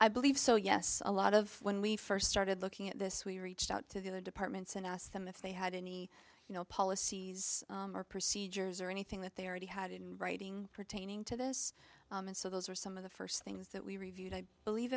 i believe so yes a lot of when we first started looking at this we reached out to the other departments and asked them if they had any you know policies or procedures or anything that they already had in writing pertaining to this and so those are some of the first things that we reviewed i believe